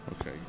Okay